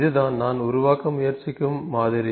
இதுதான் நான் உருவாக்க முயற்சிக்கும் மாதிரி